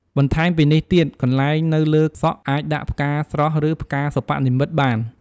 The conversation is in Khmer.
បន្តែមពីនេះទៀតកន្លែងនៅលើសក់អាចដាក់ផ្កាស្រស់ឬផ្កាសិប្បនិម្មិតបាន។